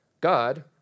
God